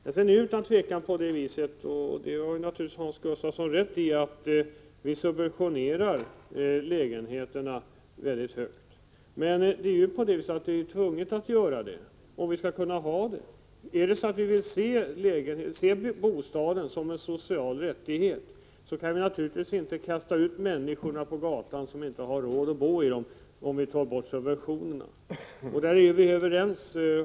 Hans Gustafsson har utan tvivel rätt i att vi i hög grad subventionerar lägenheterna, men det är nödvändigt om bostaden skall vara en social rättighet. Då kan vi naturligtvis inte kasta ut de människor på gatan som inte att få en egen bostad heter för ungdomar att få en egen bostad har råd att bo i lägenheterna.